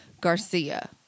Garcia